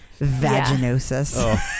Vaginosis